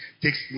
takes